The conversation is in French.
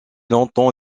longtemps